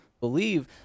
believe